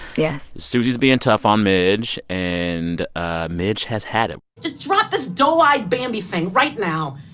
yes susie's being tough on midge. and ah midge has had it just drop this doe-eyed bambi thing right now.